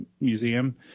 museum